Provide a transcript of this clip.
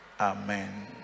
Amen